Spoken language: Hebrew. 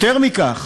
יותר מכך,